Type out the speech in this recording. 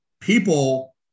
people